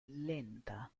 lenta